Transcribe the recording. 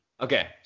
Okay